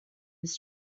his